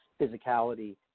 physicality